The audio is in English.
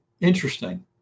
Interesting